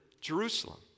Jerusalem